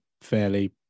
fairly